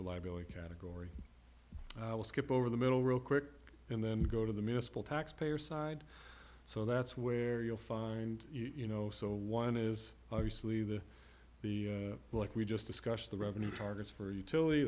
a liability category skip over the middle real quick and then go to the municipal tax payer side so that's where you'll find you know so one is obviously the the like we just discussed the revenue targets for utilit